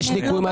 יש ניכוי מס